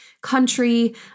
country